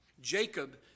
Jacob